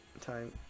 Time